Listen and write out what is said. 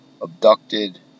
abducted